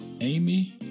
Amy